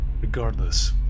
Regardless